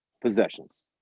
possessions